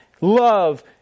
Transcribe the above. love